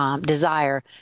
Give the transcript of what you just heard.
desire